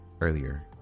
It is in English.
earlier